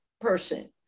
person